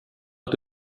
ett